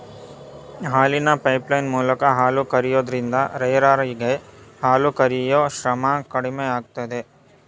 ಹಾಲಿನ ಪೈಪ್ಲೈನ್ ಮೂಲಕ ಹಾಲು ಕರಿಯೋದ್ರಿಂದ ರೈರರಿಗೆ ಹಾಲು ಕರಿಯೂ ಶ್ರಮ ಕಡಿಮೆಯಾಗುತ್ತೆ